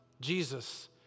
Jesus